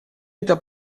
это